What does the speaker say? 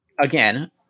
again